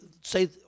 say